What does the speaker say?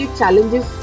challenges